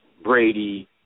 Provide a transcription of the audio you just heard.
Brady